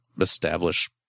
establish